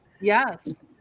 Yes